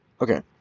Okay